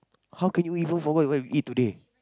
how can you even forget where you eat today